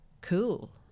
cool